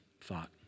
thought